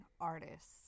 artists